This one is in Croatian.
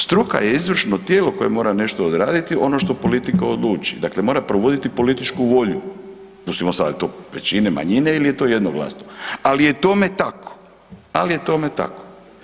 Struka je izvršno tijelo koje mora nešto odraditi, ono što politika odluči, dakle mora provoditi političku volju, pustimo sad je li to većine, manjine ili je to jednoglasno, ali je tome tako, ali je tome tako.